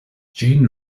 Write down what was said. gene